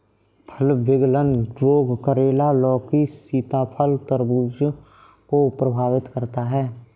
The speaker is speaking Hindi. फल विगलन रोग करेला, लौकी, सीताफल, तरबूज को प्रभावित करता है